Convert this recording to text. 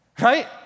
right